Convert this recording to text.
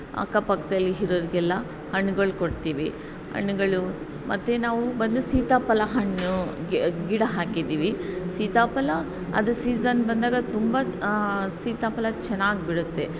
ಅಕ್ಕಪಕ್ಕದಲ್ಲಿ ಇರೋರ್ಗೆಲ್ಲಾ ಹಣ್ಣುಗಳು ಕೊಡ್ತೀವಿ ಹಣ್ಣುಗಳು ಮತ್ತು ನಾವು ಬಂದು ಸೀತಾಫಲ ಹಣ್ಣು ಗಿಡ ಹಾಕಿದ್ದೀವಿ ಸೀತಾಫಲ ಅದು ಸೀಝನ್ ಬಂದಾಗ ತುಂಬ ಸೀತಾಫಲ ಚೆನ್ನಾಗಿ ಬಿಡುತ್ತೆ